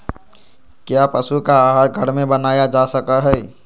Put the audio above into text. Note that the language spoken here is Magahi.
क्या पशु का आहार घर में बनाया जा सकय हैय?